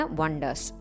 wonders